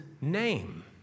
name